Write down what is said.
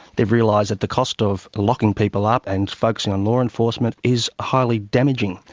they've realised that the cost of locking people up and focusing on law enforcement is highly damaging,